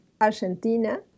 Argentina